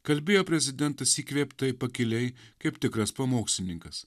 kalbėjo prezidentas įkvėptai pakiliai kaip tikras pamokslininkas